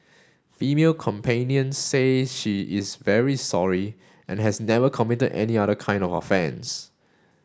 female companion says she is very sorry and has never committed any other kind of offence